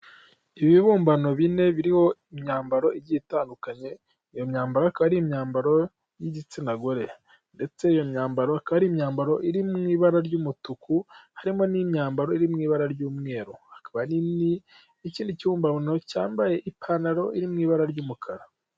Ibibumbano bine biriho imyambaro igiye itandukanye, iyo myambaro ikaba ari imyambaro y'igitsina gore ndetse iyo myambaro ikaba ari imyambaro iri mu ibara ry'umutuku, harimo n'imyambaro iri mu ibara ry'umweru, hakaba n'ikindi kibumbano cyambaye ipantaro iri mu ibara ry'umukara.